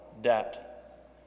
debt